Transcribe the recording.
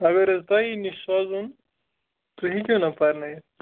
اگر حظ تۄہی نِش سوز ووٚن تُہۍ ہیٚکہِ وُنا پَرنٲوِتھ